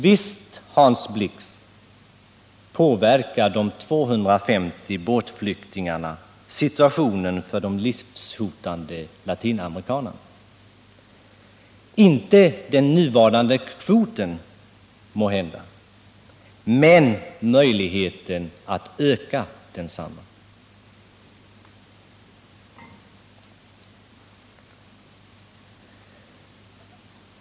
Visst, Hans Blix, påverkar de 250 båtflyktingarna situationen för de livshotade latinamerikanerna — kanhända inte den nuvarande kvoten men möjligheten att öka densamma.